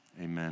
Amen